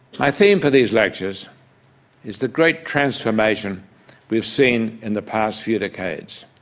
my theme for these lectures is the great transformation we've seen in the past few decades.